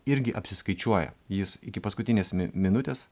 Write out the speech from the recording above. irgi apsiskaičiuoja jis iki paskutinės mi minutės